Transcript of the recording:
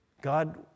God